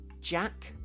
Jack